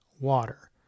water